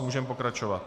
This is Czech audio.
Můžeme pokračovat.